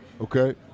okay